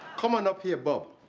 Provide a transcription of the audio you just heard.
come on up here, bob.